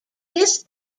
this